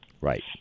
Right